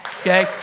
Okay